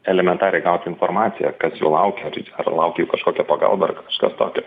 elementariai gaut informaciją kas jų laukia ar laukia jų kažkokia pagalba ar kažkas tokio